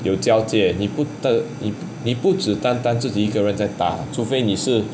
有交界你不得你不只单单自己一个人在打除非你是